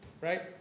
Right